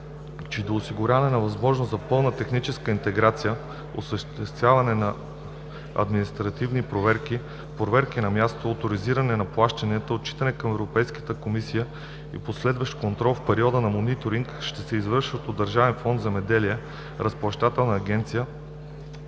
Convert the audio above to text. че до осигуряване на възможност за пълна техническа интеграция, осъществяването на административни проверки, проверки на място, оторизиране на плащания, отчитане към Европейската комисия и последващ контрол в период на мониторинг, ще се извършва от Държавен фонд „Земеделие –Разплащателна агенция“